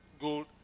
gold